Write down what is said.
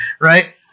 Right